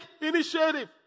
initiative